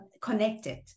connected